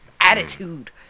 attitude